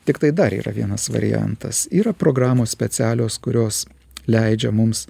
tiktai dar yra vienas variantas yra programos specialios kurios leidžia mums